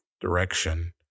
direction